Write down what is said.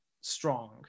strong